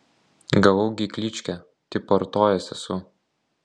gavau gi kličkę tipo artojas esu